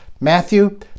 Matthew